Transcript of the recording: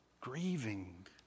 grieving